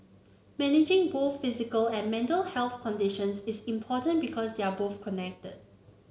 managing both physical and mental health conditions is important because they are both connected